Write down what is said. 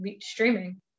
streaming